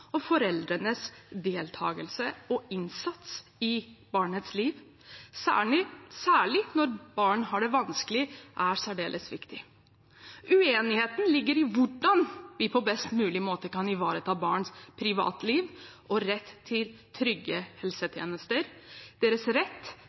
og foreldrenes deltakelse og innsats i barnets liv, særlig når barn har det vanskelig, er særdeles viktig. Uenigheten ligger i hvordan vi på best mulig måte kan ivareta barns privatliv og rett til trygge